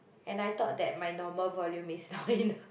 and I thought that my normal volume is loud enough